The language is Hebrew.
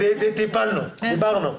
--- דיברנו.